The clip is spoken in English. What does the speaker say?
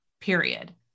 period